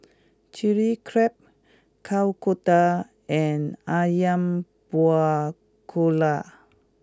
Chilli CrabKuih Kodok and Ayam Buah Keluak